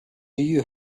you